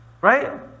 right